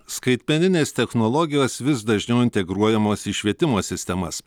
skaitmeninės technologijos vis dažniau integruojamos į švietimo sistemas